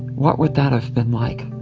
what would that have been like?